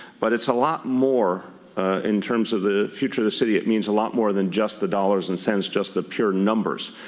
but it's a lot more in terms of the future of the city. it means a lot more than just the dollars and cents, just the pure numbers.